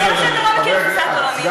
כנראה אתה לא מכיר את תפיסת עולמי.